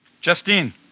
Justine